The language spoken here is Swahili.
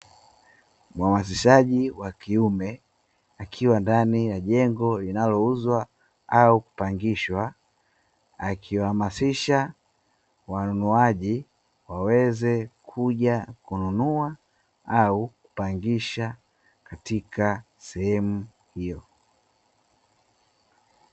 Mhamasishaji wa kiume akiwa ndani ya jengo linalouzwa au kupangishwa akiwahamasisha wanunuaji waweze kuja kununua au kupangisha katika sehemu hiyo.